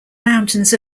mountains